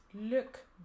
look